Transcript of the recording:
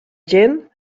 gent